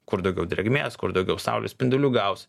kur daugiau drėgmės kur daugiau saulės spindulių gaus